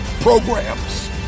Programs